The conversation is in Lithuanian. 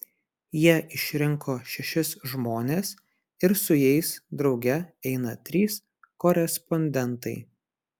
jie išrinko šešis žmones ir su jais drauge eina trys korespondentai